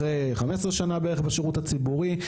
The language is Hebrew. אחרי בערך 15 שנה בשירות הציבורי,